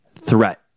threat